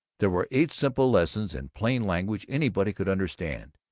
there were eight simple lessons in plain language anybody could understand,